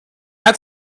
hat